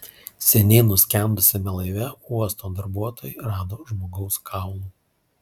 seniai nuskendusiame laive uosto darbuotojai rado žmogaus kaulų